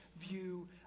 view